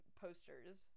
posters